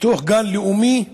בתוך גן לאומי מוכרז.